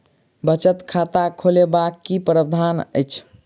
बचत खाता खोलेबाक की प्रावधान अछि?